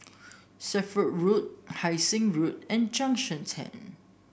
Strathmore Road Hai Sing Road and Junction Ten